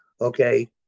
Okay